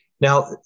Now